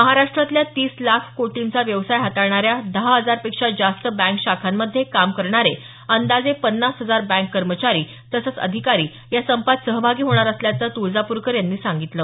महाराष्ट्रातल्या तीस लाख कोटींचा व्यवसाय हाताळणाऱ्या दहा हजार पेक्षा जास्त बँक शाखांमध्ये काम करणारे अंदाजे पन्नास हजार बँक कर्मचारी तसंच अधिकारी या संपात सहभागी होणार असल्याचं तुळजापूरकर यांनी सांगितलं